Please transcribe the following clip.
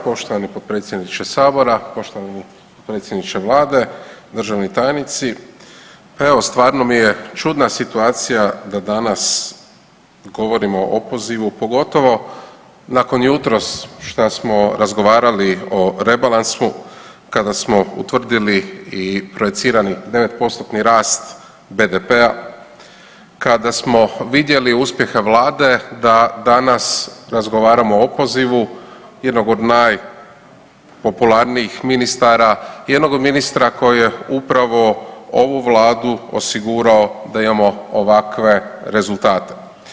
Poštovani potpredsjedniče sabora, poštovani potpredsjedniče vlade, državni tajnici, pa evo stvarno mi je čudna situacija da danas govorimo o opozivu pogotovo nakon jutros šta smo razgovarali i o rebalansu kada smo utvrdili i projecirani 9%-tni rast BDP-a, kada smo vidjeli uspjehe vlade da danas razgovaramo o opozivu jednog od najpopularnijih ministara, jednog od ministra koji je upravo ovu vladu osigurao da imamo ovakve rezultate.